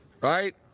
Right